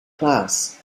class